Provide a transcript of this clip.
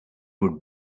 would